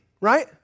right